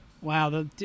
Wow